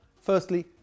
Firstly